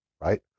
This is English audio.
right